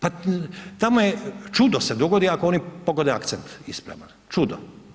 Pa tamo je čudo se dogodi ako oni pogode akcent isprano, čudo.